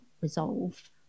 resolve